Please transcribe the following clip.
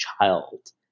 child